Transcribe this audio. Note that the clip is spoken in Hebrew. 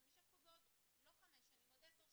אנחנו נשב פה בעוד לא חמש שנים, עוד עשר שנים.